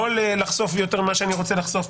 לא לחשוף יותר מאשר אני רוצה לחשוף.